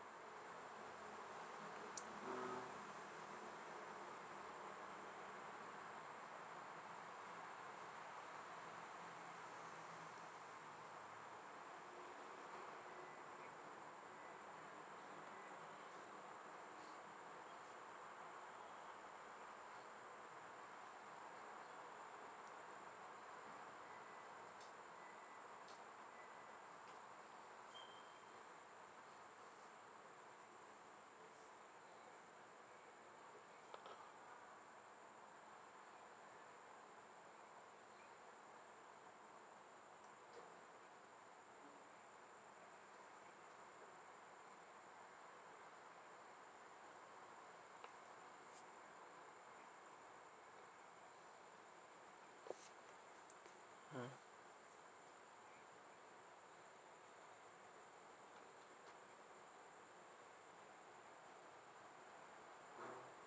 mm